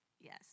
Yes